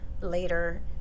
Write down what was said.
later